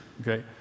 okay